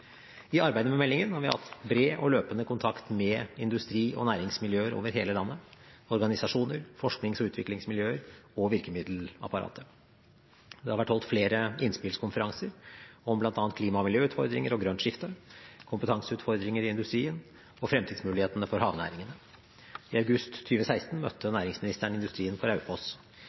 i vårsesjonen 2017. I arbeidet med meldingen har vi hatt bred og løpende kontakt med industrien og næringsmiljøer over hele landet, organisasjoner, forsknings- og utviklingsmiljøer og virkemiddelapparatet. Det har vært holdt flere innspillskonferanser om bl.a. klima- og miljøutfordringer og grønt skifte, kompetanseutfordringer i industrien og fremtidsmulighetene for havnæringene. I august 2016 møtte næringsministeren industrien på Raufoss.